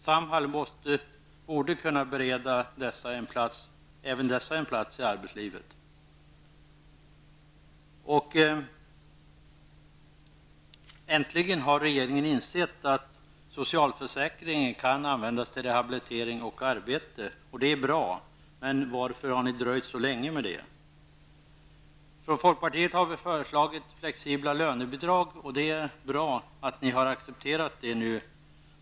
Samhall borde kunna bereda även dessa en plats i arbetslivet. Äntligen har regeringen insett att socialförsäkringen kan användas till rehabilitering och arbete. Det är bra, men varför har ni dröjt så länge med det? Vi i folkpartiet har föreslagit flexibla lönebidrag. Det är bra att ni har accepterat det nu.